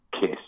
Kiss